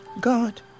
God